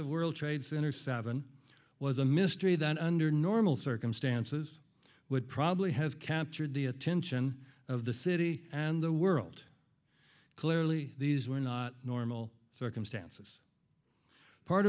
of world trade center seven was a mystery that under normal circumstances would probably have captured the attention of the city and the world clearly these were not normal circumstances part